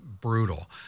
brutal